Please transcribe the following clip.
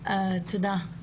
תודה.